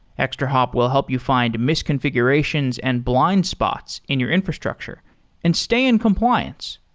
extrahop will help you find misconfigurations and blind spots in your infrastructure and stay in compliance.